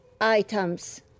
items